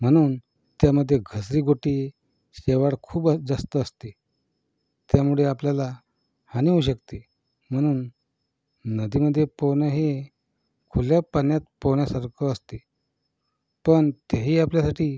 म्हणून त्यामध्ये घसरीगोटी शेवाळ खूपच जास्त असते त्यामुळे आपल्याला हानी होऊ शकते म्हणून नदीमध्ये पोहणं हे खुल्या पाण्यात पोहण्यासारखं असते पण तेही आपल्यासाठी